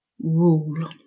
rule